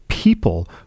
people